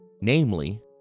namely